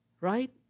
right